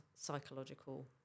psychological